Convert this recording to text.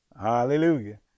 Hallelujah